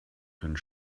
können